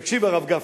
תקשיב, הרב גפני: